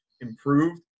improved